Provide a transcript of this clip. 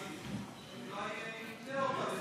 מלביצקי, אולי יתלה אותה בביתו.